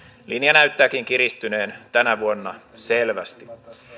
linja näyttääkin kiristyneen tänä vuonna selvästi